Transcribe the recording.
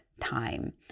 time